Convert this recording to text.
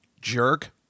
Jerk